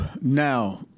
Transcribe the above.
now